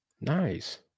Nice